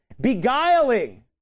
beguiling